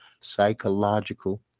psychological